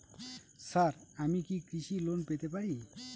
Sir আমি কি কৃষি লোন পেতে পারি?